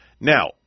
Now